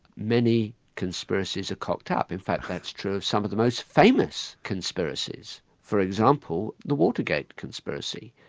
many conspiracies are cocked up, in fact that's true of some of the most famous conspiracies for example, the watergate conspiracy.